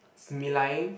smiling